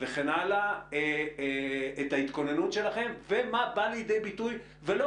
את ההתכוננות שלכם ומה בא לידי ביטוי ולא